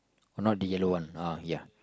not the yellow one uh ya